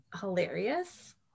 hilarious